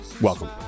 Welcome